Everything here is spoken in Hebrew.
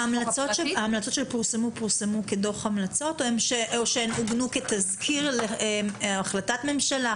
ההמלצות שפורסמו פורסמו כדוח המלצות או שהן עוגנו כתזכיר להחלטת ממשלה,